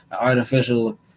artificial